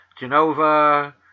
Genova